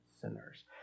sinners